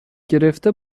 گرفته